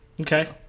Okay